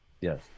Yes